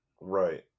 right